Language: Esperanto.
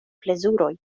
plezuroj